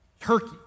Turkey